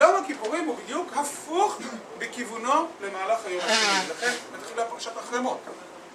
יום הכיפורים הוא בדיוק הפוך בכיוונו למהלך היום השני, ולכן מתחילה פרשת אחר מות